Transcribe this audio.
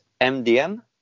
MDM